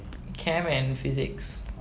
chem and physics